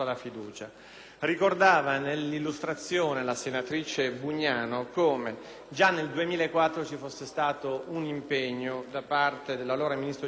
già nel 2004 ci fosse stato un impegno da parte dell'allora ministro Giovanardi per dare una soluzione a questo problema che si trascina dal 1994.